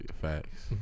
Facts